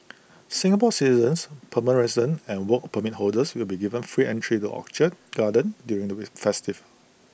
Singapore citizens permanent residents and Work Permit holders will be given free entry to the orchid garden during the festival